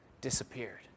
disappeared